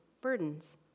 burdens